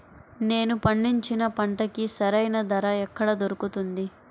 నేను పండించిన పంటకి సరైన ధర ఎక్కడ దొరుకుతుంది?